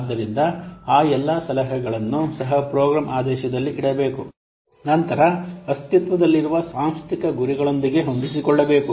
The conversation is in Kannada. ಆದ್ದರಿಂದ ಆ ಎಲ್ಲಾ ಸಲಹೆಗಳನ್ನು ಸಹ ಪ್ರೋಗ್ರಾಂ ಆದೇಶದಲ್ಲಿ ಇಡಬೇಕು ಆದ್ದರಿಂದ ಆ ಎಲ್ಲಾ ಸಲಹೆಗಳನ್ನು ಸಹ ಪ್ರೋಗ್ರಾಂ ಆದೇಶದಲ್ಲಿ ಇಡಬೇಕು ನಂತರ ಅಸ್ತಿತ್ವದಲ್ಲಿರುವ ಸಾಂಸ್ಥಿಕ ಗುರಿಗಳೊಂದಿಗೆ ಹೊಂದಿಸಿಕೊಳ್ಳಬೇಕು